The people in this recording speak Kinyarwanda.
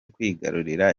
kwigarurira